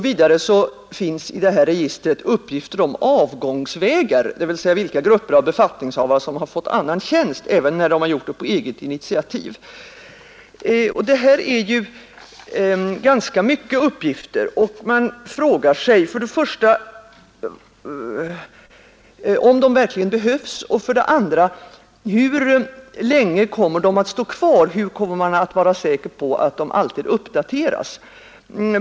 Vidare finns i detta register uppgifter om avgängsvägar, dvs. vilka grupper av befattningshavare som fått annan tjänst även när de bytt tjänst på eget initiativ. Detta är ganska mycket uppgifter. Man frågar sig för det första om de verkligen behövs och för det andra hur länge de kommer att stå kvar. Hur kommer man att vara säker på att de alltid uppdateras?